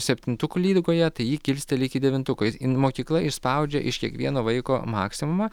septintukų lygoje tai jį kilsteli iki devintuko mokykla išspaudžia iš kiekvieno vaiko maksimumą